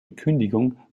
kündigung